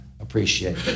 appreciate